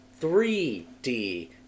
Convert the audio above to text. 3D